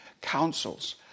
councils